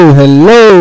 hello